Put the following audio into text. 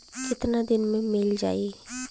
कितना दिन में मील जाई?